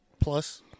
plus